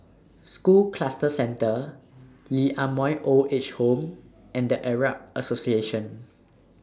School Cluster Centre Lee Ah Mooi Old Age Home and The Arab Association